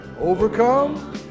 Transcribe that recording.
overcome